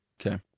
Okay